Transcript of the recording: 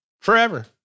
Forever